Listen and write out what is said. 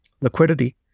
liquidity